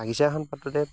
বাগিচা এখন পাতোঁতে